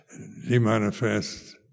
demanifest